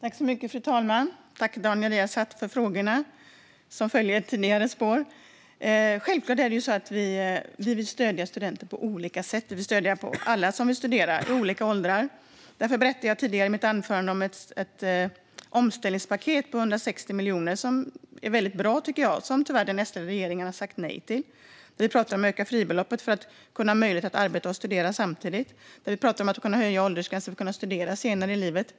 Fru talman! Tack, Daniel Riazat, för frågorna, som följer ett tidigare spår. Självklart vill vi stödja studenter på olika sätt. Vi vill stödja alla som vill studera i olika åldrar. Därför berättade jag tidigare i mitt anförande om ett omställningspaket på 160 miljoner som är väldigt bra och som den Sledda regeringen tyvärr har sagt nej till. Vi talar om att öka fribeloppet för att människor ska ha möjlighet att arbeta och studera samtidigt. Vi talar om att höja åldersgränsen för att kunna studera senare i livet.